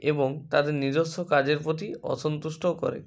এবং তাদের নিজস্য কাজের প্রতি অসন্তুষ্টও করে